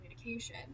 communication